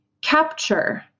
capture